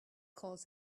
calls